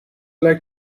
like